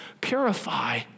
purify